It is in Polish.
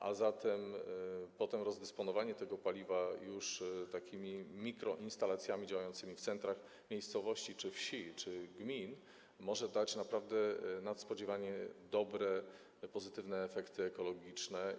A zatem potem rozdysponowanie tego paliwa już za pomocą takich mikroinstalacji działających w centrach miejscowości czy wsi, czy gmin może dać naprawdę nadspodziewanie dobre, pozytywne efekty ekologiczne.